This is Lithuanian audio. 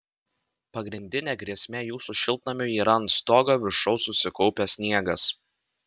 pagrindinė grėsmė jūsų šiltnamiui yra ant stogo viršaus susikaupęs sniegas